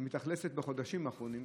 שמתאכלסת בחודשים האחרונים,